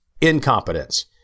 incompetence